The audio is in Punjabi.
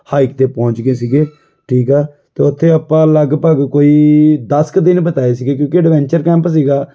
ਹਾਈਕ 'ਤੇ ਪਹੁੰਚ ਗਏ ਸੀਗੇ ਠੀਕ ਆ ਅਤੇ ਉੱਥੇ ਆਪਾਂ ਲਗਭਗ ਕੋਈ ਦਸ ਕੁ ਦਿਨ ਬਿਤਾਏ ਸੀਗੇ ਕਿਉਂਕਿ ਐਡਵੈਂਚਰ ਕੈਂਪ ਸੀਗਾ